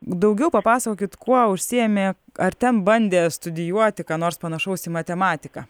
daugiau papasakokit kuo užsiėmė ar ten bandė studijuoti ką nors panašaus į matematiką